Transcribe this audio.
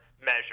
measure –